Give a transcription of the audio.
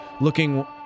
looking